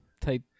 type